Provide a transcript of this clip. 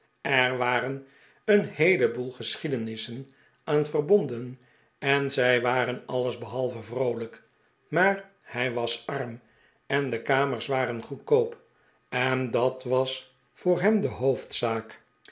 er waren een heeleboel geschiedenissen aan verbonden en zij waren alles behalve vroolijk maar hij was arm en de kamers waren goedkoop en dat was voor hem de hoofdzaak